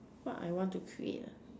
what I want to create lah